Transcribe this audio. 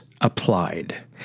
applied